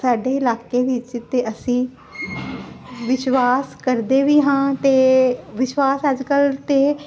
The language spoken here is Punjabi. ਸਾਡੇ ਇਲਾਕੇ ਵਿੱਚ ਤੇ ਅਸੀਂ ਵਿਸ਼ਵਾਸ ਕਰਦੇ ਵੀ ਹਾਂ ਤੇ ਵਿਸ਼ਵਾਸ ਅੱਜ ਕੱਲ ਤੇ